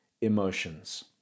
emotions